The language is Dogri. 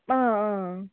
हां हां